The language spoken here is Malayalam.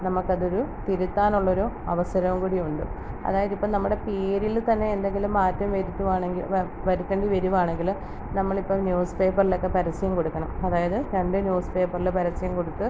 നമുക്കതൊരു തിരുത്താനുള്ളൊരു അവസരവും കൂടി ഉണ്ട് അതായതിപ്പം നമ്മുടെ പേരിൽ തന്നെ എന്തെങ്കിലും മാറ്റം വരുത്തുവാണെങ്കിൽ വ വരുത്തേണ്ടി വരുവാണെങ്കിൽ നമ്മളിപ്പം ന്യൂസ് പേപ്പർലക്കെ പരസ്യം കൊടുക്കണം അതായത് രണ്ട് ന്യൂസ്പ്പേപ്പറിൽ പരസ്യം കൊടുത്ത്